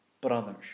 brothers